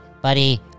buddy